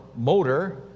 Motor